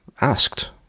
asked